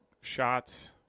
shots